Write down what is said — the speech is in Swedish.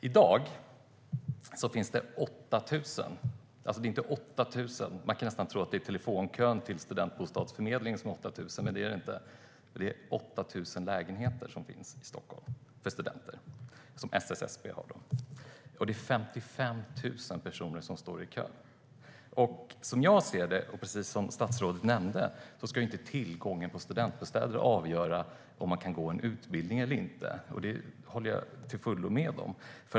I dag har SSSB 8 000 - man kan tro att det är telefonkön till studentbostadsförmedlingen som uppgår till 8 000 samtal, men det är det inte - lägenheter för studenter i Stockholm. Det är 55 000 personer som står i kö. Som jag ser det, och precis som statsrådet nämnde, ska ju inte tillgången på studentbostäder avgöra om man kan gå en utbildning eller inte; det håller jag till fullo med om.